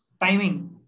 Timing